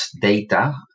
data